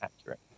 accurate